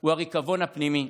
הוא הריקבון הפנימי.